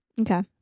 Okay